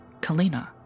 Kalina